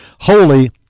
holy